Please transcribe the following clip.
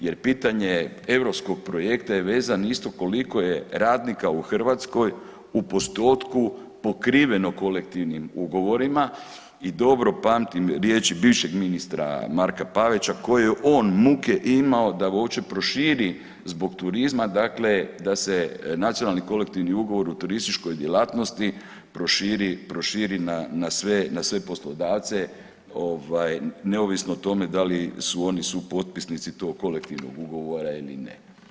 Jer pitanje europskog projekta je vezan isto koliko je radnika u Hrvatskoj u postotku pokriveno kolektivnim ugovorima i dobro pamtim riječi bivšeg ministra Marka Pavića koje je on muke imao da ga uopće proširi zbog turizma, dakle da se nacionalni kolektivni ugovor u turističkoj djelatnosti proširi na sve poslodavce, neovisno o tome da li su oni supotpisnici tog kolektivnog ugovora ili ne.